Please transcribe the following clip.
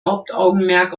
hauptaugenmerk